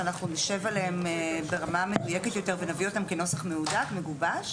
שאנחנו נשב עליהם ברמה מדויקת יותר ונביא אותם כנוסח מהודק ומגובש?